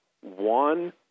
one